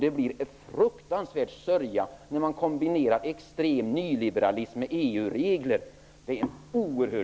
Det blir en fruktansvärd sörja när man kombinerar extrem nyliberalism med EU-regler.